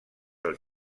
del